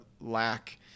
lack